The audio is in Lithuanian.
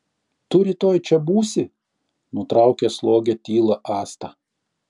tu rytoj čia būsi nutraukė slogią tylą asta